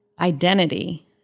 identity